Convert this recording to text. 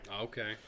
Okay